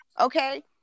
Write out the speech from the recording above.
okay